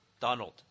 Donald